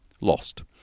lost